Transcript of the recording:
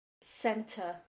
center